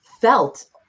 felt